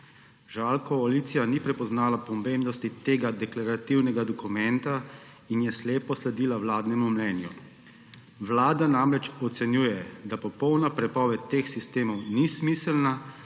Žal koalicija ni prepoznala pomembnosti tega deklarativnega dokumenta in je slepo sledila vladnemu mnenju. Vlada namreč ocenjuje, da popolna prepoved teh sistemov ni smiselna